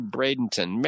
Bradenton